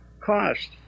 cost